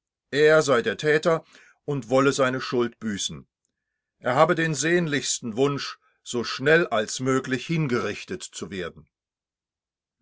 er sei der täter und wolle seine schuld büßen er habe den sehnlichsten wunsch so schnell als möglich hingerichtet zu werden